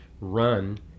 run